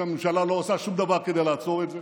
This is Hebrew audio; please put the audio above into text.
שהממשלה לא עושה שום דבר כדי לעצור את זה,